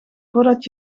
voordat